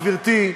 גברתי,